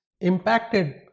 impacted